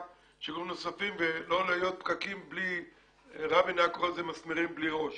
של נוספים ולא להיות רבין היה קורא לזה מסמרים בלי ראש